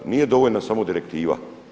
Nije dovoljna samo direktiva.